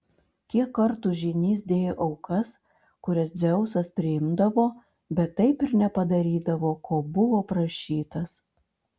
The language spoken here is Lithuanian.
kiek kartų žynys dėjo aukas kurias dzeusas priimdavo bet taip ir nepadarydavo ko buvo prašytas